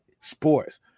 Sports